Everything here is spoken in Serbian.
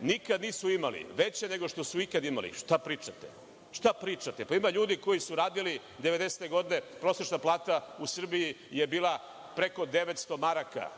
nikada nisu imali, veće nego što su ikada imali. Šta pričate? Šta pričate? Ima ljudi koji su radili devedesete godine i prosečna plata u Srbiji je bila preko 900 maraka,